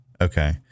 Okay